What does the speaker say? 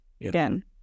again